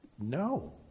No